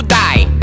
die